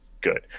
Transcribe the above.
good